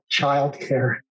childcare